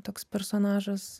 toks personažas